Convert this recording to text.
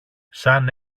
σαν